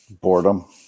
boredom